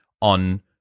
on